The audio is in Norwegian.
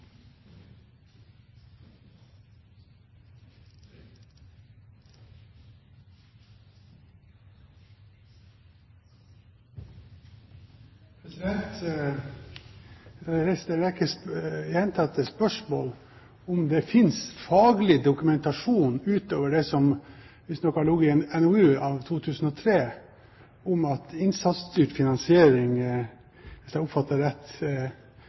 en rekke ganger spørsmålet om det fins faglig dokumentasjon utover det som visstnok ligger i en NOU av 2003, på at innsatsstyrt finansiering, hvis jeg oppfatter det